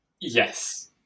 Yes